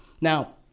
now